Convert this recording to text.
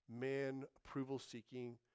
man-approval-seeking